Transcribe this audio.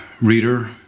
reader